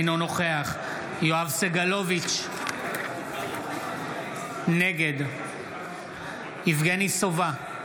אינו נוכח יואב סגלוביץ' נגד יבגני סובה,